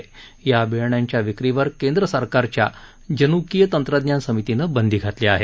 अशा बियाण्यांच्या विक्रीवर केंद्र सरकारच्या जन्कीय तंत्रज्ञान समितीनं बंदी घातली आहे